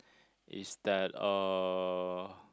is that uh